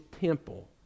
temple